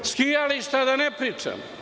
O skijalištima da ne pričam.